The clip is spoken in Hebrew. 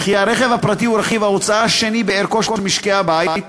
וכי הרכב הפרטי הוא רכיב ההוצאה השני בערכו של משקי הבית,